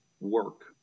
work